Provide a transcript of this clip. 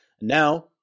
Now